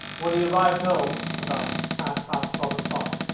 when he arrived home, about half-past twelve o'clock,